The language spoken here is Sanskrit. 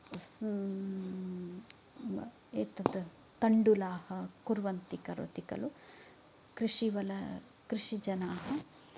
एतत् तण्डुलाः कुर्वन्ति करोति खलु कृषिवल कृषि जनाः